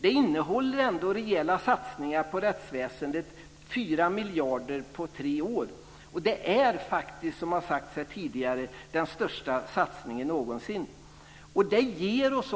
Det innehåller ändå rejäla satsningar på rättsväsendet - fyra miljarder på tre år. Det är den största satsningen någonsin, vilket också har sagts här tidigare. Det ger oss